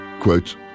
Quote